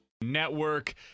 Network